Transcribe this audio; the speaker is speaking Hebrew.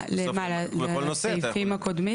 לסעיפים הקודמים?